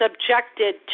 subjected